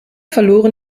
verloren